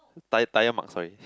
tired tyre mark sorry